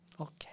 Okay